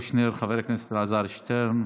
בבקשה.